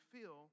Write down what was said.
feel